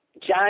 John